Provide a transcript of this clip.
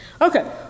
Okay